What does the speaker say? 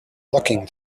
looking